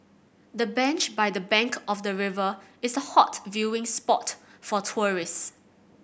the bench by the bank of the river is a hot viewing spot for tourist